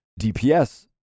DPS